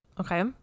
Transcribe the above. okay